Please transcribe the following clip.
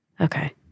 Okay